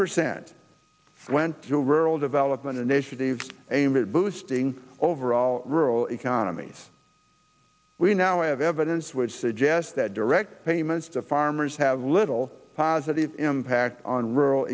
percent went to rural development initiatives aimed at boosting overall rural economies we now have evidence which suggests that direct payments to farmers have little positive impact on rural